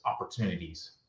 opportunities